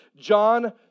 John